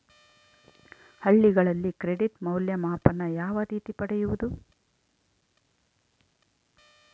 ಹಳ್ಳಿಗಳಲ್ಲಿ ಕ್ರೆಡಿಟ್ ಮೌಲ್ಯಮಾಪನ ಯಾವ ರೇತಿ ಪಡೆಯುವುದು?